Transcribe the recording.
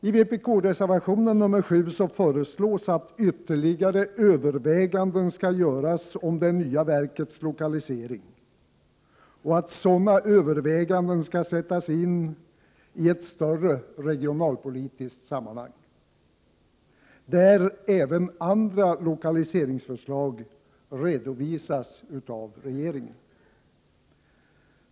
I vpk-reservation nr 7 föreslås att ytterligare överväganden skall göras om det nya verkets lokalisering och att sådana överväganden skall sättas in i ett större regionalpolitiskt sammanhang, där även andra lokaliseringsförslag redovisas av regeringen.